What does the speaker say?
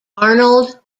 arnold